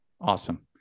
Awesome